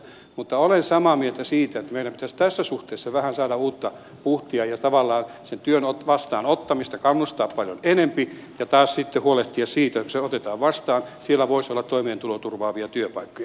mutta olen samaa mieltä siitä että meidän pitäisi tässä suhteessa vähän saada uutta puhtia ja tavallaan sen työn vastaanottamista kannustaa paljon enempi ja taas sitten huolehtia siitä että kun se otetaan vastaan siellä voisi olla toimeentulon turvaavia työpaikkoja